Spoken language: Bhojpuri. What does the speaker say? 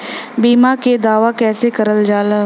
बीमा के दावा कैसे करल जाला?